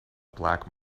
black